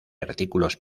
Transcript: artículos